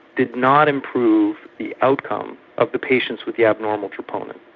did not improve the outcome of the patients with the abnormal troponin.